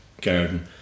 garden